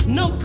no